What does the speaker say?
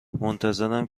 منتظرم